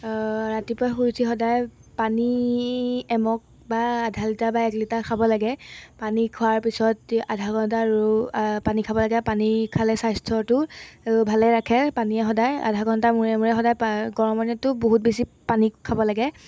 ৰাতিপুৱা শুই উঠি সদায় পানী এমগ বা আধা লিটাৰ বা এক লিটাৰ খাব লাগে পানী খোৱাৰ পিছত আধা ঘণ্টা ৰৌ পানী খাব লাগে পানী খালে স্বাস্থ্যটো ভালে ৰাখে পানীয়ে সদায় আধা ঘণ্টা মূৰে মূৰে সদায় প গৰমৰ দিনতটো বহুত বেছি পানী খাব লাগে